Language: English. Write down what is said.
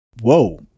Whoa